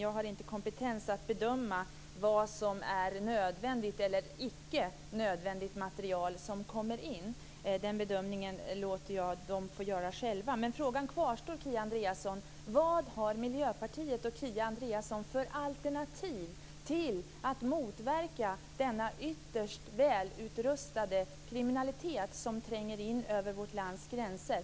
jag inte kompetensen, även om jag har besökt dem, att bedöma vad som är nödvändigt eller inte av det material som kommer in. Jag låter dem själva göra den bedömningen. Frågan kvarstår: Vilket alternativ har Miljöpartiet och Kia Andreasson för att motverka denna ytterst välutrustade kriminalitet som tränger in över vårt lands gränser?